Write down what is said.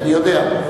אני יודע.